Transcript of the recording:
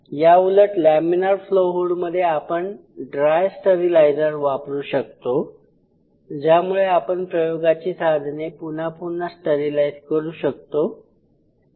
याउलट laminar flow हुडमध्ये आपण ड्राय स्टरीलायझर वापरू शकतो ज्यामुळे आपण प्रयोगाची साधने पुन्हा पुन्हा स्टरीलाईज करू शकतो